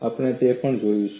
આપણે તે પણ જોઈશું